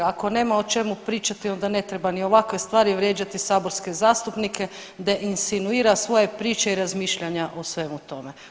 Ako nema o čemu pričati onda ne treba ni ovakve stvari vrijeđati saborske zastupnike, da insinuira svoje priče i svoja razmišljanja o svemu tome.